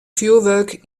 fjurwurk